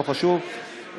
לא חשוב,